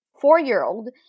four-year-old